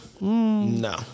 No